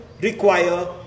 require